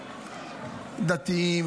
דתיים,